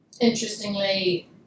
interestingly